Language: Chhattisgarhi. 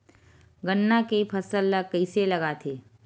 गन्ना के फसल ल कइसे लगाथे?